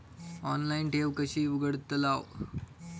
Online ठेव कशी उघडतलाव?